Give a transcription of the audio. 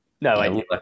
No